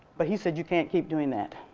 but he said you can't keep doing that.